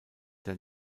der